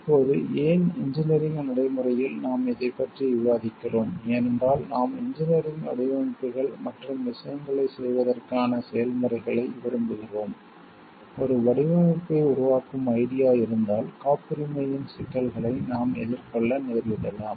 இப்போது ஏன் இன்ஜினியரிங் நடைமுறையில் நாம் இதைப் பற்றி விவாதிக்கிறோம் ஏனென்றால் நாம் இன்ஜினியரிங் வடிவமைப்புகள் மற்றும் விஷயங்களைச் செய்வதற்கான செயல்முறைகளை விரும்புகிறோம் ஒரு வடிவமைப்பை உருவாக்கும் ஐடியா இருந்தால் காப்புரிமையின் சிக்கல்களை நாம் எதிர்கொள்ள நேரிடலாம்